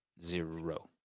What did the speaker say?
Zero